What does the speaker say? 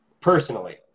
personally